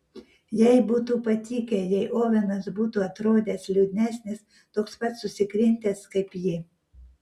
jai būtų patikę jei ovenas būtų atrodęs liūdnesnis toks pat susikrimtęs kaip ji